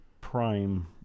prime